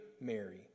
Mary